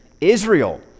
Israel